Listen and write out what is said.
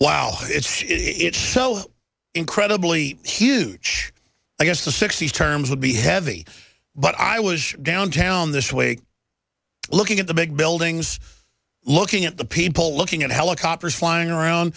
while it's it so incredibly huge i guess the sixty's terms would be heavy but i was downtown this week looking at the big buildings looking at the people looking at helicopters flying around